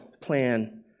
plan